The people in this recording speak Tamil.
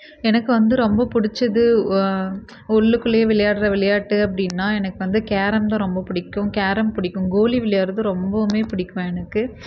எனக்கு வந்து ரொம்ப பிடிச்சது உள்ளுக்குள்ளே விளையாடுகிற விளையாட்டு அப்படினா எனக்கு வந்து கேரம் தான் ரொம்ப பிடிக்கும் கேரம் பிடிக்கும் கோலி விளையாடுவது ரொம்பவுமே பிடிக்கும் எனக்கு